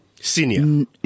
Senior